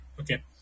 okay